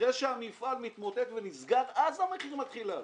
ואחרי שהמפעל מתמוטט ונסגר אז המחיר מתחיל לעלות,